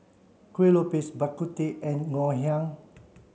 Kuih Lopes Bak Kut Teh and Ngoh Hiang